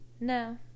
No